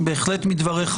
בהחלט מדבריך.